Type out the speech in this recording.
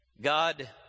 God